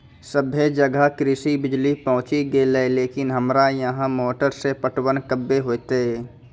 सबे जगह कृषि बिज़ली पहुंची गेलै लेकिन हमरा यहाँ मोटर से पटवन कबे होतय?